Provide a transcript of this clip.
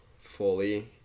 fully